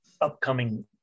upcoming